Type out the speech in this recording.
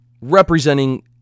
representing